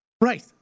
Right